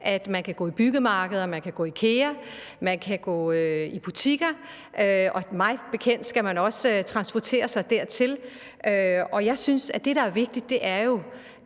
at man kan gå i byggemarkeder, man kan gå i IKEA, og man kan gå i butikker, for mig bekendt skal man også transportere sig selv dertil. Jeg synes, at det, der er vigtigt, jo er,